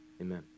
Amen